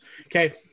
Okay